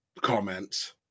comments